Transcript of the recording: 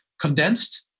condensed